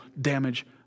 damage